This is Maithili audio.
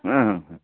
हँ हँ हँ